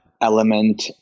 element